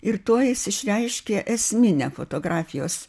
ir tuo jis išreiškė esminę fotografijos